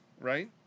right